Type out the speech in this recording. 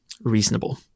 reasonable